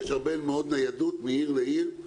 יש הרבה מאוד ניידות מעיר לעיר.